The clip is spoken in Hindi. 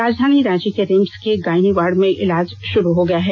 राजधानी रांची के रिम्स के गाइनी वार्ड में इलाज शुरू हो गया है